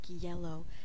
yellow